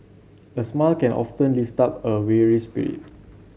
a smile can often lift up a weary spirit